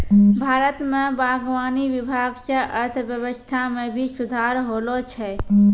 भारत मे बागवानी विभाग से अर्थव्यबस्था मे भी सुधार होलो छै